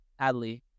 Adley